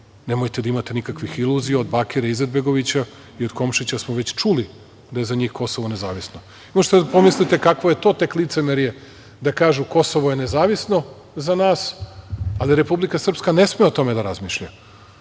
nemojte da imate nikakvih iluzija, od Bakira Izetbegovića i od Komšića smo već čuli da je za njih Kosovo nezavisno. Možete da pomislite kakvo je to tek licemerje da kažu - Kosovo je nezavisno za nas, a da Republika Srpska ne sme o tome da razmišlja.